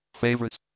Favorites